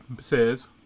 says